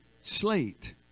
slate